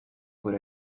por